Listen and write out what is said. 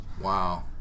Wow